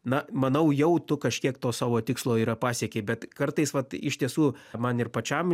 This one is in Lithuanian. na manau jau tu kažkiek to savo tikslo yra pasiekei bet kartais vat iš tiesų man ir pačiam